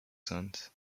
sons